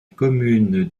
commune